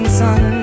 sun